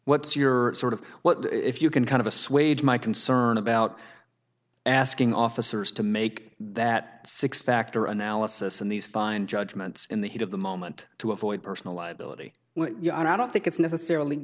what's your sort of what if you can kind of assuage my concern about asking officers to make that factor analysis of these fine judgments in the heat of the moment to avoid personal liability when you are i don't think it's necessarily